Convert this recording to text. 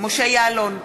משה יעלון,